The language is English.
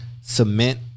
cement